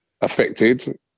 affected